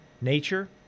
nature